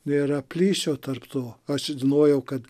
nėra plyšio tarp to aš žinojau kad